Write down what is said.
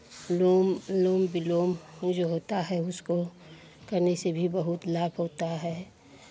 लोम अनुलोम विलोम जो होता है उसको करने से भी बहुत लाभ होता है